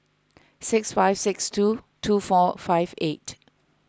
six five six two two four five eight